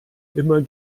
immer